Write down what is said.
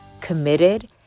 committed